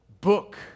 book